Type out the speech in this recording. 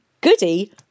goody